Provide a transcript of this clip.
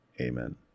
amen